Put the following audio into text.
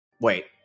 Wait